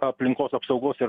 aplinkos apsaugos ir